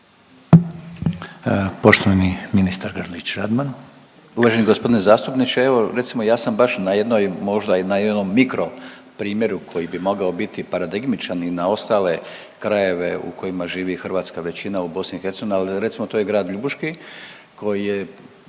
Poštovani ministar Grlić Radman. **Grlić Radman, Gordan (HDZ)** Uvaženi g. zastupniče. Evo recimo ja sam baš na jednoj možda i na jednom mikro primjeru koji bi mogao biti paradigmičan i na ostale krajeve u kojima živi hrvatska većina u BiH, ali recimo to je Grad Ljubuški koji je